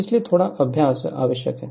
इसलिए थोड़ा अभ्यास आवश्यक है